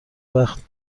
وقت